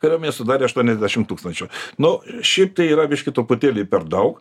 kariuomenė sudarė aštuoniasdešim tūkstančių nu šiaip tai yra biškį truputėlį per daug